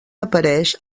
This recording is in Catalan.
apareix